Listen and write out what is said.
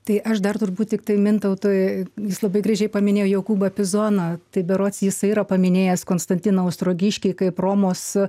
tai aš dar turbūt tiktai mintautui jis labai gražiai paminėjo jokūbą pizoną tai berods jisai yra paminėjęs konstantiną ostrogiškį kaip romos